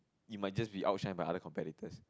you might just be outshined by other competitors